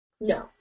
No